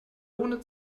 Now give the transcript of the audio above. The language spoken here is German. ohne